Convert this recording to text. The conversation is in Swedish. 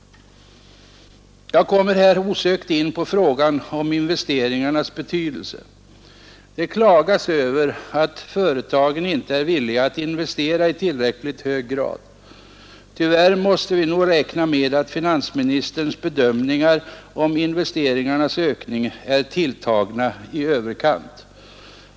Jag kommer här osökt in på frågan om investeringarnas betydelse. Det klagas över att företagen inte är villiga att investera i tillräckligt hög grad. Tyvärr måste vi nog räkna med att finansministerns bedömningar om investeringarnas ökning är tilltagna i överkant.